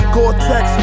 Gore-Tex